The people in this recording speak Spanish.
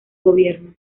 gobierno